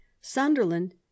Sunderland